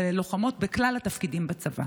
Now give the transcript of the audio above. ולוחמות בכלל התפקידים בצבא?